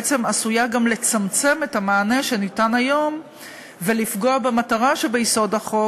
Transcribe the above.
בעצם עשויה גם לצמצם את המענה שניתן היום ולפגוע במטרה שביסוד החוק,